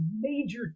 major